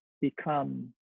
become